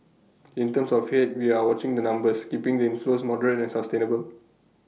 in terms of Head we are watching the numbers keeping the inflows moderate and sustainable